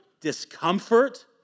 discomfort